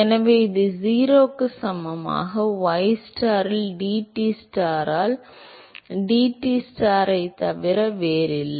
எனவே இது 0 க்கு சமமான ystar இல் dTstar ஆல் dTstar ஐத் தவிர வேறில்லை